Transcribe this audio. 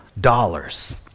dollars